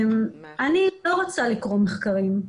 אני לא רוצה לקרוא מחקרים.